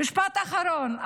משפט אחרון,